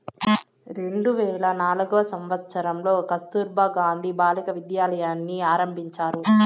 రెండు వేల నాల్గవ సంవచ్చరంలో కస్తుర్బా గాంధీ బాలికా విద్యాలయని ఆరంభించారు